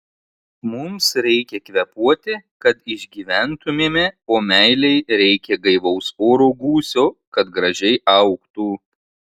mums reikia kvėpuoti kad išgyventumėme o meilei reikia gaivaus oro gūsio kad gražiai augtų